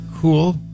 cool